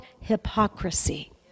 hypocrisy